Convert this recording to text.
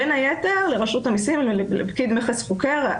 בין היתר, לרשות המסים, לפקיד מכס חוקר.